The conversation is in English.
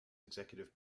executive